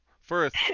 first